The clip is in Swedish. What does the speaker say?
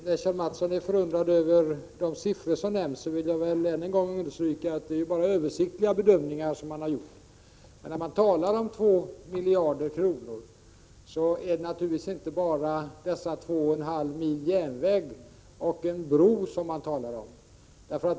Herr talman! Jag skulle bara vilja göra ytterligare några korta kommentarer med anledning av det som har sagts i de senaste inläggen. Kjell A. Mattsson är förundrad över de siffror som nämnts. Men då vill jag ännu en gång understryka att det bara rör sig om översiktliga bedömningar. När man talar om 2 miljarder kronor är det naturligtvis inte bara 2,5 mil järnväg och en bro som man talar om.